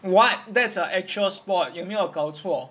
what that's a actual spot 有没有搞错